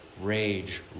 rage